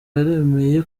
yaremeye